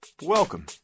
Welcome